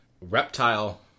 Reptile